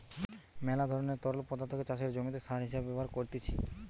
মেলা ধরণের তরল পদার্থকে চাষের জমিতে সার হিসেবে ব্যবহার করতিছে